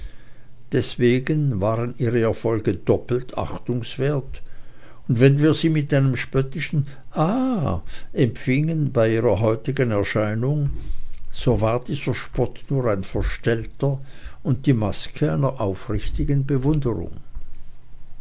deswegen waren ihre erfolge doppelt achtungswert und wenn wir sie mit einem spöttischen ah empfingen bei ihrer heutigen erscheinung so war dieser spott nur ein verstellter und die maske einer aufrichtigen bewunderung